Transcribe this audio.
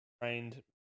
trained